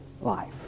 life